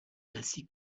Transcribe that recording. ainsi